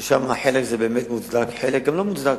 ששם חלק זה מוצדק, חלק גם לא מוצדק,